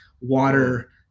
water